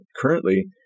currently